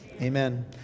Amen